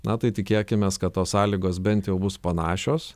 na tai tikėkimės kad tos sąlygos bent jau bus panašios